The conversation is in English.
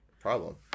Problem